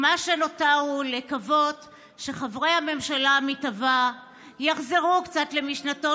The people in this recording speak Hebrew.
ומה שנותר הוא לקוות שחברי הממשלה המתהווה יחזרו קצת למשנתו